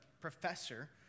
professor